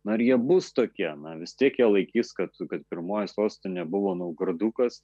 na ir jie bus tokie na vis tiek jie laikys kad kad pirmoji sostinė buvo naugardukas